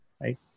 right